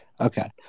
Okay